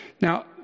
Now